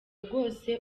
rwose